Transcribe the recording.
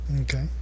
Okay